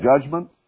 judgment